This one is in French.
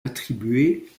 attribués